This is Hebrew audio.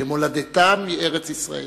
שמולדתם היא ארץ-ישראל,